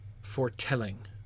foretelling